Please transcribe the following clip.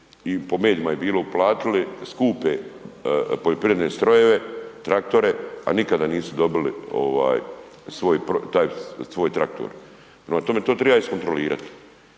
i po medijima je bilo, uplatili skupe poljoprivredne strojeve, traktore, a nikada nisu dobili ovaj svoj, taj svoj traktor, prema tome, to triba iskontrolirat.